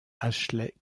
ashley